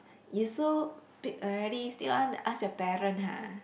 you so big already still want to ask your parent ah